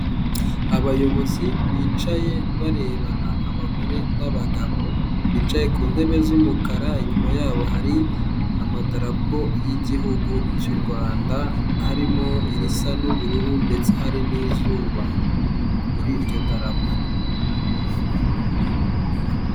Abayobozi bicaye barebana, abagore n'abagabo bicaye ku ntebe z'umukara, inyuma yabo hari amadarapo y'igihugu cy'u Rwanda, harimo irisa n'ubururu ndetse hari n'izuba muri iryo darapo.